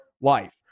life